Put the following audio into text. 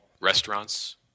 restaurants